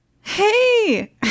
hey